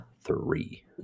three